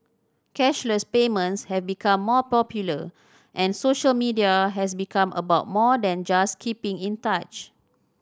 cashless payments have become more popular and social media has become about more than just keeping in touch